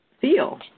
feel